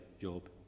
job